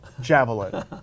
Javelin